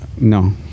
No